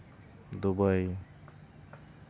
Dubai